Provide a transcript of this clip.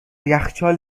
یخچال